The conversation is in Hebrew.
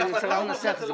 צריך לנסח את זה.